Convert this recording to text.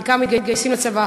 חלקם מתגייסים לצבא,